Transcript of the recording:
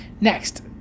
next